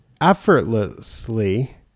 effortlessly